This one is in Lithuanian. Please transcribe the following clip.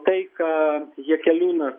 tai ką jakeliūnas